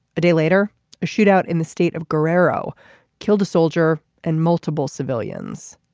a day later a shootout in the state of guerrero killed a soldier and multiple civilians.